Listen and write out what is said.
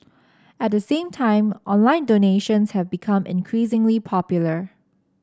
at the same time online donations have become increasingly popular